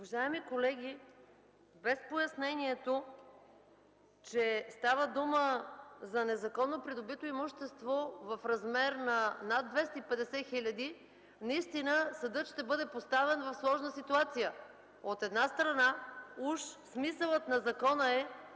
Уважаеми колеги, без пояснението, че става дума за незаконно придобито имущество в размер на над 250 хил. лв., наистина съдът ще бъде поставен в сложна ситуация. От една страна, уж смисълът на закона е